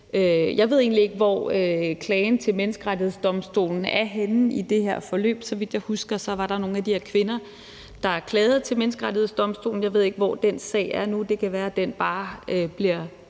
Jeg ved ikke, hvor klagen til Menneskerettighedsdomstolen er henne i det her forløb. Så vidt jeg husker, var der nogle af de her kvinder, der klagede til Menneskerettighedsdomstolen. Jeg ved ikke, hvor den sag er nu. Det kan være, at den bare bliver